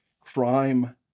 crime